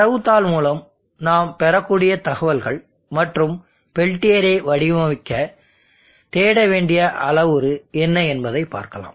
தரவுத்தாள் மூலம் நாம் பெறக்கூடிய தகவல்கள் மற்றும் பெல்ட்டியரை வடிவமைக்க தேட வேண்டிய அளவுரு என்ன என்பதைப் பார்க்கலாம்